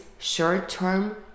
short-term